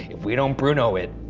if we don't bruno it.